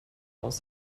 aus